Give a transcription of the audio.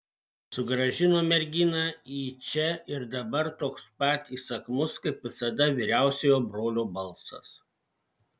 sugrąžino merginą į čia ir dabar toks pat įsakmus kaip visada vyriausiojo brolio balsas